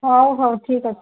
ହେଉ ହେଉ ଠିକ ଅଛି